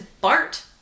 bart